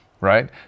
right